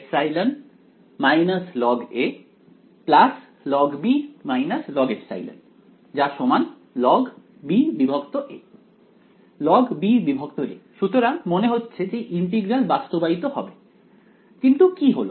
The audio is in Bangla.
logε log log logε logba logba সুতরাং মনে হচ্ছে যে এই ইন্টিগ্রাল বাস্তবায়িত হবে কিন্তু কি হলো